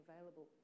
available